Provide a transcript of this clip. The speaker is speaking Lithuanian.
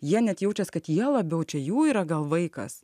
jie net jaučias kad jie labiau čia jų yra gal vaikas